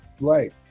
Right